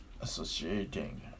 associating